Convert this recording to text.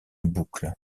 boucle